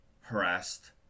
harassed